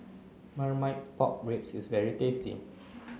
Marmite Pork Ribs is very tasty